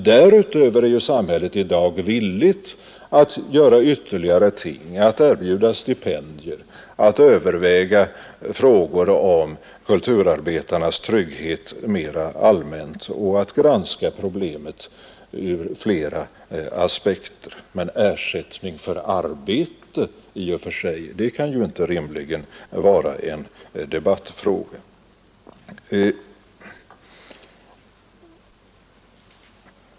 Därutöver är samhället i dag villigt att göra ytterligare ting, såsom att erbjuda stipendier, att överväga frågor om kulturarbetarnas trygghet mera allmänt och att granska problemet ur flera aspekter, men ersättning för arbetet i och för sig kan inte rimligen vara en debattfråga.